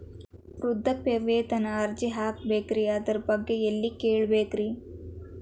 ವೃದ್ಧಾಪ್ಯವೇತನ ಅರ್ಜಿ ಹಾಕಬೇಕ್ರಿ ಅದರ ಬಗ್ಗೆ ಎಲ್ಲಿ ಕೇಳಬೇಕ್ರಿ?